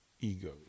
egos